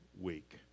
week